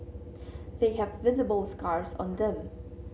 they have visible scars on them